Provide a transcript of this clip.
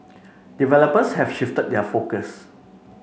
developers have shifted their focus